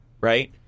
right